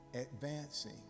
advancing